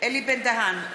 אלי בן-דהן,